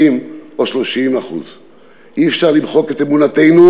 20% או 30%; אי-אפשר למחוק את אמונתנו,